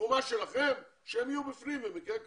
התרומה שלכם שהם יהיו בפנים במקרה כזה.